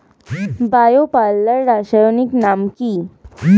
Bio পাল্লার রাসায়নিক নাম কি?